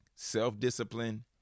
self-discipline